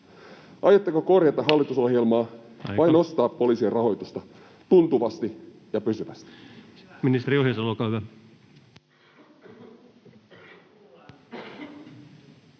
Aika!] hallitusohjelmaa vai nostaa poliisien rahoitusta tuntuvasti ja pysyvästi?